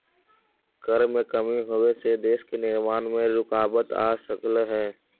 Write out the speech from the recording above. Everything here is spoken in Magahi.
कर में कमी होबे से देश के निर्माण में रुकाबत आ सकलई हे